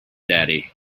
daddy